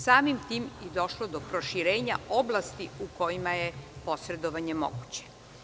Samim tim bi došlo do proširenja oblasti u kojima je posredovanje moguće.